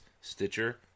Stitcher